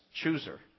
chooser